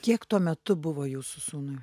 kiek tuo metu buvo jūsų sūnui